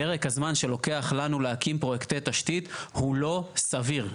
פרק הזמן שלוקח לנו להקים פרויקטי תשתית הוא לא סביר.